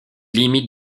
limites